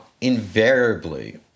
Invariably